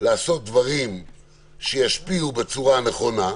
לעשות דברים שישפיעו בצורה נכונה.